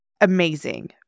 amazing